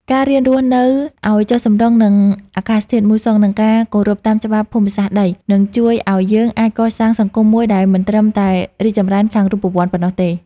ការរៀនរស់នៅឱ្យចុះសម្រុងនឹងអាកាសធាតុមូសុង និងការគោរពតាមច្បាប់ភូមិសាស្ត្រដី នឹងជួយឱ្យយើងអាចកសាងសង្គមមួយដែលមិនត្រឹមតែរីកចម្រើនខាងរូបវន្តប៉ុណ្ណោះទេ។